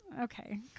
okay